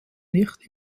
nicht